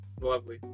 Lovely